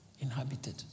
inhabited